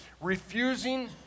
refusing